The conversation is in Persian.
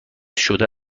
شده